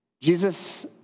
Jesus